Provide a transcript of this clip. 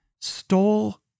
stole